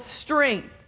strength